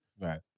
Right